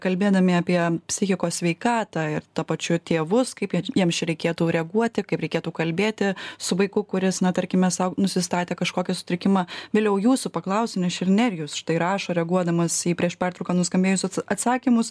kalbėdami apie psichikos sveikatą ir tuo pačiu tėvus kaip jiems čia reikėtų reaguoti kaip reikėtų kalbėti su vaiku kuris na tarkime sau nusistatė kažkokį sutrikimą viliau jūsų paklausiu nes čia ir nerijus štai rašo reaguodamas į prieš pertrauką nuskambėjus atsakymus